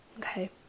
Okay